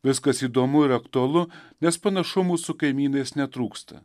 viskas įdomu ir aktualu nes panašumų su kaimynais netrūksta